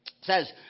says